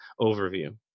overview